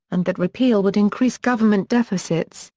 and that repeal would increase government deficits,